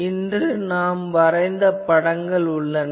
இன்று நான் வரைந்த வரைபடங்கள் உள்ளன